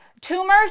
tumors